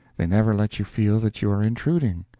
they never let you feel that you are intruding,